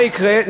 מה יקרה?